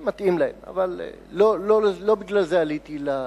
זה מתאים להם, אבל לא בגלל זה עליתי לדוכן.